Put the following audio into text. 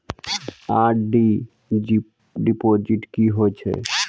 RD deposit की होय छै?